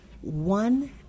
one